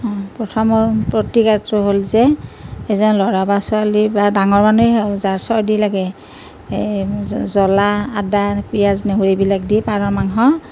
প্ৰথমৰ প্ৰতিকাৰটো হ'ল যে এজন ল'ৰা বা ছোৱালী বা ডাঙৰ মানুহ হওক যাৰ চৰ্দী লাগে এই জ্বলা আদা পিঁয়াজ নহৰু এইবিলাক দি পাৰ মাংস